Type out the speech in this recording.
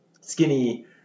Skinny